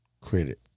credit